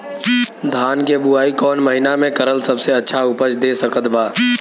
धान के बुआई कौन महीना मे करल सबसे अच्छा उपज दे सकत बा?